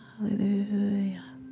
Hallelujah